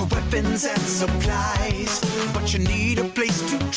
weapons and supplies but you need a place to